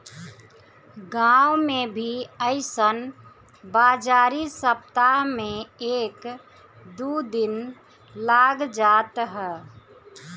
गांव में भी अइसन बाजारी सप्ताह में एक दू दिन लाग जात ह